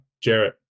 Jarrett